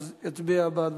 אז שיצביע בעד.